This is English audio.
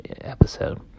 episode